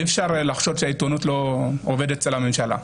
ואי אפשר לחשוד שהעיתונות לא עובדת אצל הממשלה.